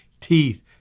teeth